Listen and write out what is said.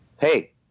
Hey